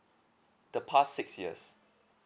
the past six years